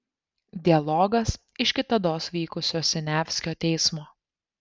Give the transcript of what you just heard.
dialogas iš kitados vykusio siniavskio teismo